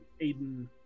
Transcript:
Aiden